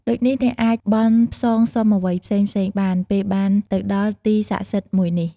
ដូចនេះ អ្នកអាចបន់ផ្សងសុំអ្វីផ្សេងៗបាន ពេលបានទៅដល់ទីស័ក្តិសិទ្ធមួយនេះ។